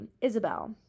Isabel